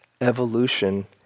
evolution